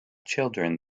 children